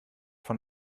von